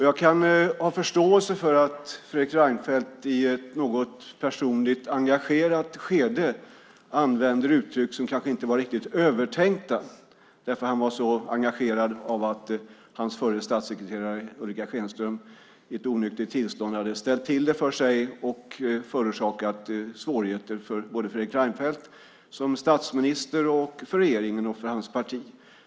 Jag kan ha förståelse för att Fredrik Reinfeldt i ett något personligt engagerat skede använder uttryck som kanske inte var riktigt övertänkta därför att han var så engagerad av att hans förra statssekreterare Ulrica Schenström i ett onyktert tillstånd hade ställt till det för sig och förorsakat svårigheter både för Fredrik Reinfeldt som statsminister, för regeringen och för hans parti.